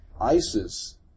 ISIS